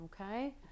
Okay